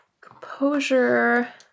Composure